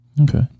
Okay